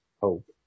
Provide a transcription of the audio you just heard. hope